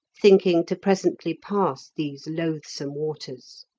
thinking to presently pass these loathsome waters.